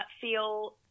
feel